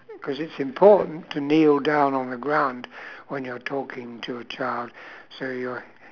cause it's important to kneel down on the ground while you're talking to a child so you're